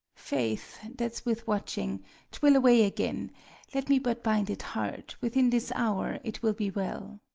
faith, that's with watching twill away again let me but bind it hard, within this hour it will be well.